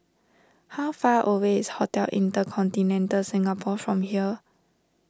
how far away is Hotel Intercontinental Singapore from here